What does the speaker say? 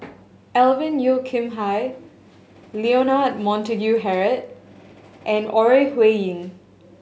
Alvin Yeo Khirn Hai Leonard Montague Harrod and Ore Huiying